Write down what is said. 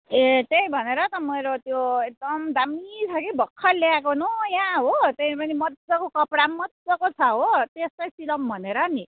ए त्यही भनेर त मेरो त्यो एकदम दामी छ कि भर्खर ल्याएको नयाँ हो त्यही पनि मजाको कपडा पनि मजाको छ हो अब त्यस्तै सिलाउँ भनेर नि